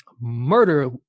Murder